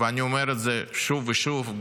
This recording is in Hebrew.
אני אומר את זה שוב ושוב,